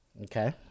Okay